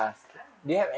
I don't know